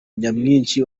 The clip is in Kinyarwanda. nyamwinshi